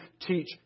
teach